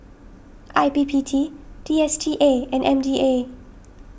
I P P T D S T A and M D A